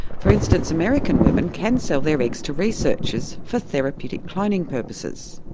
for instance, american women can sell their eggs to researchers for therapeutic cloning purposes.